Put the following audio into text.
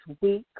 week